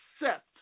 accept